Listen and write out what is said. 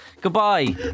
Goodbye